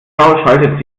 schaltet